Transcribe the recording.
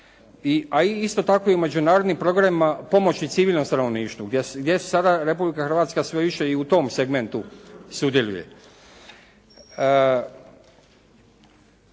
a isto tako i u međunarodnim programima pomoći civilnom stanovništvu gdje sada Republika Hrvatska sve više i u tom segmentu sudjeluje.